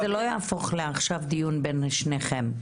לא, זה לא יהפוך עכשיו לדיון בין שניכם.